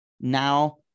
Now